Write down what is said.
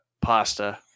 pasta